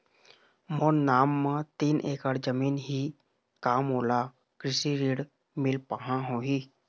मोर नाम म तीन एकड़ जमीन ही का मोला कृषि ऋण पाहां होही?